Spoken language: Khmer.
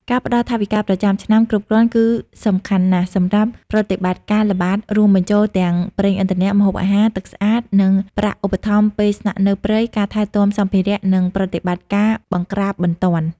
ការផ្តល់ថវិកាប្រចាំឆ្នាំគ្រប់គ្រាន់គឺសំខាន់ណាស់សម្រាប់ ប្រតិបត្តិការល្បាត រួមបញ្ចូលទាំងប្រេងឥន្ធនៈ ម្ហូបអាហារ ទឹកស្អាត និងប្រាក់ឧបត្ថម្ភពេលស្នាក់នៅព្រៃ ការថែទាំសម្ភារៈ និង ប្រតិបត្តិការបង្ក្រាបបន្ទាន់។